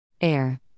Air